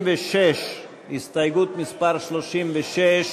ההסתייגות (36)